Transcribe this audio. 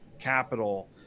capital